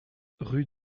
rue